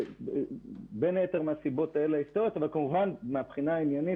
בין היתר מהסיבות ההיסטוריות האלה אבל כמובן מהבחינה העניינית,